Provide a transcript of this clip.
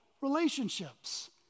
relationships